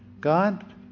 God